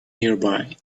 nearby